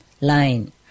line